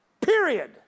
Period